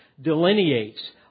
delineates